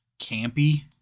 campy